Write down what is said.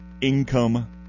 income